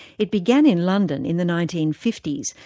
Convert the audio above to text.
it began in london in the nineteen fifty s,